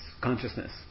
consciousness